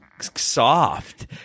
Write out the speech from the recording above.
soft